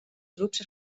grups